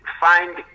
find